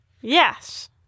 Yes